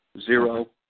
zero